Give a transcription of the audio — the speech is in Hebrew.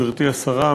גברתי השרה,